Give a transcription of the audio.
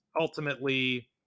ultimately